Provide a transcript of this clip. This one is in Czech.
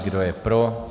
Kdo je pro?